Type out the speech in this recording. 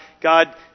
God